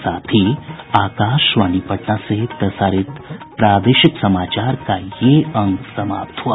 इसके साथ ही आकाशवाणी पटना से प्रसारित प्रादेशिक समाचार का ये अंक समाप्त हुआ